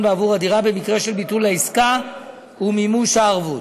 בעבור הדירה במקרה של ביטול העסקה ומימוש הערבות.